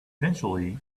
eventually